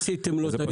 עשיתם לו את היום,